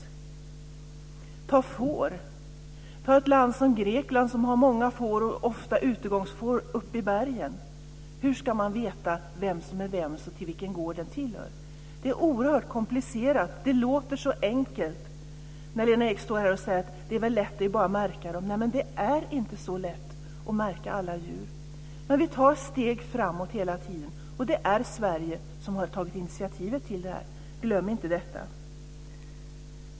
Ett annat exempel är får. Ett land som Grekland har många får, och det är ofta utegångsfår uppe i bergen. Hur ska man veta vems de är och vilken gård de tillhör? Det är oerhört komplicerat. Det låter så enkelt när Lena Ek står här och säger att det är lätt och att det bara är att märka dem. Det är inte så lätt att märka alla djur. Vi tar steg framåt hela tiden. Det är Sverige som har tagit initiativet till detta. Glöm inte det!